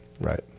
Right